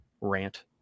rant